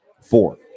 Four